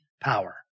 power